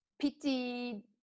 pity